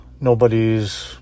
nobody's